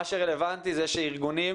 מה שרלוונטי זה שארגונים,